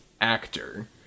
actor